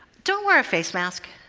don't wear a face mask.